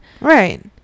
right